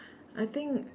I think